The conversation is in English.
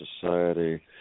society